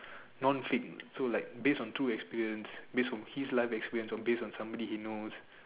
non thing so like based of two experience based of his life experience or based on somebody you know